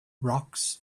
rocks